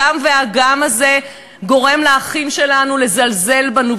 הגם-וגם הזה גורם לאחים שלנו לזלזל בנו,